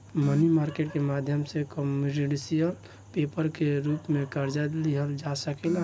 मनी market के माध्यम से कमर्शियल पेपर के रूप में कर्जा लिहल जा सकेला